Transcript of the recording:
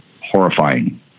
horrifying